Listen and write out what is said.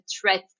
threat